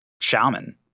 shaman